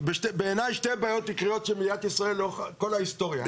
בעיניי שתי בעיות עיקריות של מדינת ישראל לאורך כל ההיסטוריה.